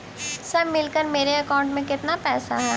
सब मिलकर मेरे अकाउंट में केतना पैसा है?